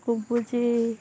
କୁବୁଚି